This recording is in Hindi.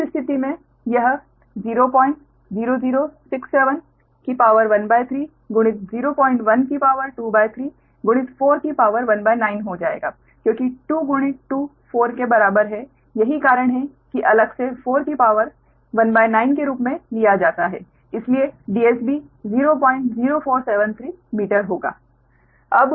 तो उस स्थिति में यह 0006713 0123 19 हो जाएगा क्योंकि 2 गुणित 2 4 के बराबर है यही कारण है कि अलग से 19 के रूप में लिया जाता है इसलिए DSB 00473 मीटर होगा